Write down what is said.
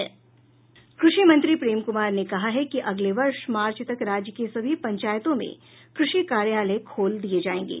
कृषि मंत्री प्रेम कुमार ने कहा है कि अगले वर्ष मार्च तक राज्य के सभी पंचायतों में कृषि कार्यालय खोल दिये जायेंगे